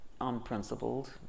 unprincipled